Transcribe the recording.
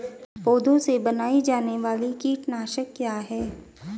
पौधों से बनाई जाने वाली कीटनाशक क्या है?